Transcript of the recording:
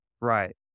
Right